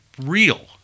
real